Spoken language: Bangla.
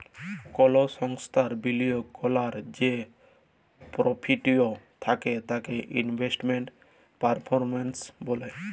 কল সংস্থার বিলিয়গ ক্যরার যে পরটফলিও থ্যাকে তাকে ইলভেস্টমেল্ট পারফরম্যালস ব্যলে